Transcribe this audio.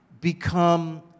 become